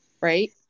right